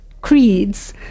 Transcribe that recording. creeds